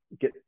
get